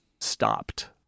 stopped